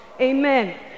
Amen